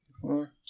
Four